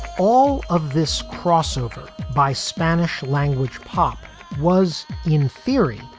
all of this crossover by spanish language pop was in theory,